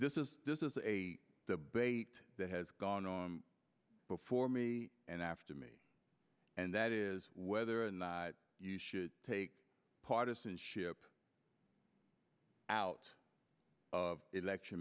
this is this is a debate that has gone on before me and after me and that is whether or not you should take partisanship out of election